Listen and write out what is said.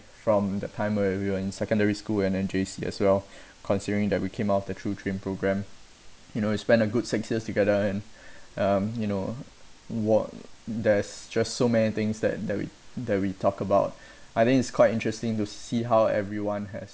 from the time when we were in secondary school and then J_C as well considering that we came out of the through train programme you know you spend a good six years together and um you know what there's just so many things that that we that we talk about I think it's quite interesting to see how everyone has